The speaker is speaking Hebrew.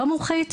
לא מומחית,